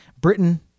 Britain